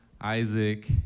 Isaac